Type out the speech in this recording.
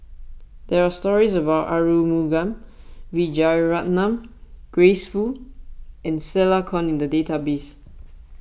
there are stories about Arumugam Vijiaratnam Grace Fu and Stella Kon in the database